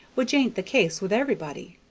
which ain't the case with everybody.